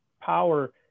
power